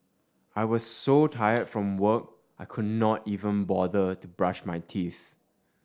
I was so tired from work I could not even bother to brush my teeth